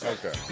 Okay